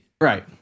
Right